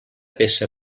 peça